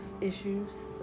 issues